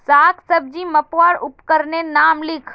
साग सब्जी मपवार उपकरनेर नाम लिख?